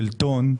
של טון,